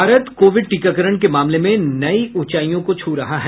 Bharat Covid टीकाकरण के मामले में नई उंचाइयों को छू रहा है